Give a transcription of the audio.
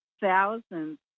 thousands